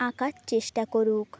আঁকার চেষ্টা করুক